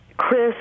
Chris